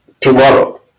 tomorrow